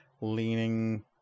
leaning